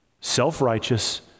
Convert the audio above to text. self-righteous